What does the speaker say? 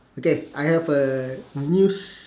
okay I have a news